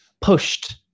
pushed